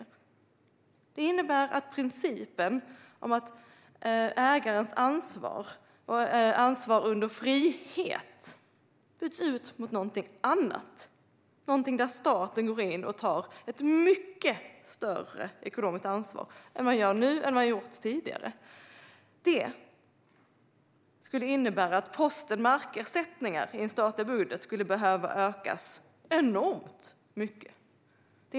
Det skulle innebära att principen om ägarens frihet under ansvar byts ut mot någonting annat, där staten går in och tar ett mycket större ekonomiskt ansvar än vad man gör nu och än vad man gjort tidigare. Det skulle innebära att posten för markersättningar i den statliga budgeten skulle behöva ökas enormt mycket.